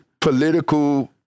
political